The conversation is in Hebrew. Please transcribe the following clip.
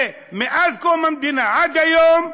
ומאז קום המדינה עד היום,